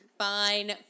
Fine